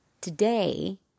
today